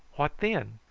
what then?